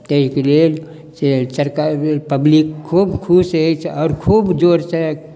ताहिके लेल से सरकार पब्लिक खूब खुश अछि आओर खूब जोरसँ